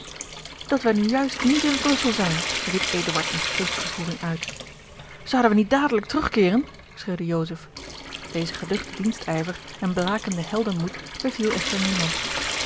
dat wij nu juist niet in brussel zijn riep eduard in geestvervoering uit zouden wij niet dadelijk terugkeeren schreeuwde joseph deze geduchte dienstijver en blakende heldenmoed beviel echter niemand